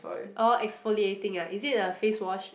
oh exfoliating ah is it a face wash